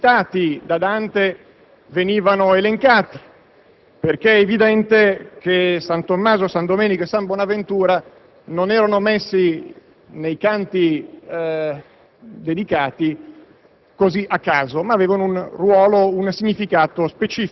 l'ordine con cui i personaggi citati da Dante venivano elencati. È evidente che San Tommaso, San Domenico e San Bonaventura non erano inseriti a caso nei canti